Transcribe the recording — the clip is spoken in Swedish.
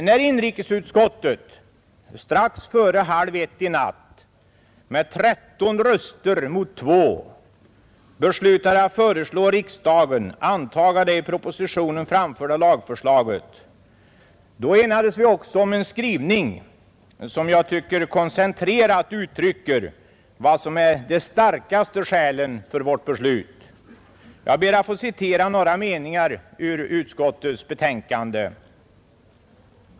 När inrikesutskottet strax före halv ett i natt med 13 röster mot 2 beslutade att föreslå riksdagen antaga det i propositionen framförda lagförslaget, enades vi också om en skrivning som jag tycker koncentrerat uttrycker vad som är de starkaste skälen för vårt beslut. Jag ber att få citera några meningar ur utskottets betänkande.